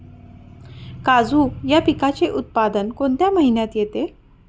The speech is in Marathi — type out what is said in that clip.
काजू या पिकाचे उत्पादन कोणत्या महिन्यात येते?